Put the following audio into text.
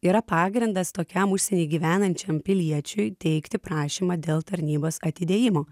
yra pagrindas tokiam užsieny gyvenančiam piliečiui teikti prašymą dėl tarnybos atidėjimo